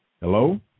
Hello